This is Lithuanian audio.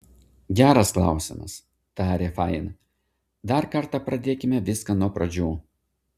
geras klausimas tarė fain dar kartą pradėkime viską nuo pradžių